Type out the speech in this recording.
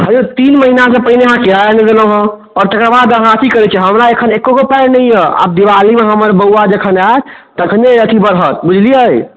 हयौ तीन महिनासँ पहिने अहाँ किराआ नहि देलहुँ हँ आओर तकरा बाद अहाँ अथी करैत छियै हमरा एखन एकोगो पाइ नहि यऽ आब दिवालीमे हमर बउआ जखन आएत तखने अथी बढ़त बुझलियै